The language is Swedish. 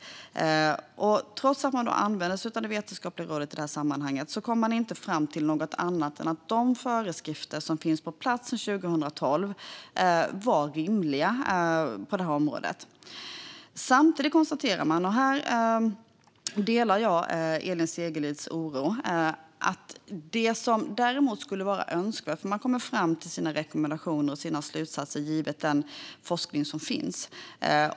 Trots att man använde sig av det vetenskapliga rådet kom man inte fram till något annat än att de föreskrifter som finns på plats på detta område sedan 2012 är rimliga. Samtidigt konstaterade man att man kom fram till sina rekommendationer och slutsatser utifrån den forskning som finns.